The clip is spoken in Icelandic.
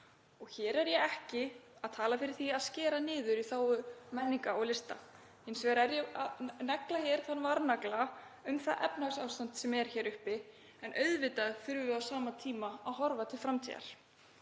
Hér er ég ekki að tala fyrir því að skera niður í þágu menningar og lista. Hins vegar vil ég slá varnagla við því efnahagsástandi sem er uppi en auðvitað þurfum við á sama tíma að horfa til framtíðar.